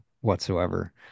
whatsoever